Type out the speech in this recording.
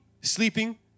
sleeping